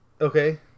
Okay